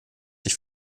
sich